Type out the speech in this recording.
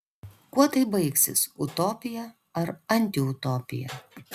kuo tai baigsis utopija ar antiutopija